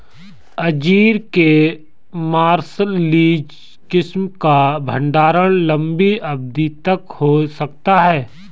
अंजीर के मार्सलीज किस्म का भंडारण लंबी अवधि तक हो सकता है